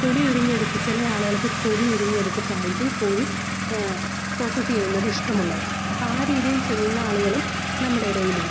തൊലിയുരിഞ്ഞെടുത്ത് ചില ആളുകള്ക്ക് തൊലിയുരിഞ്ഞ് എടുത്തിട്ടായിരിക്കും കോഴി പ്രോസെസ്സ് ചെയ്യുന്നത് ഇഷ്ടമുള്ളത് അപ്പം ആ രീതിയില് ചെയ്യുന്ന ആളുകളും നമ്മുടെ ഇടയിലുണ്ട്